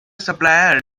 supplies